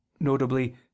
notably